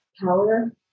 power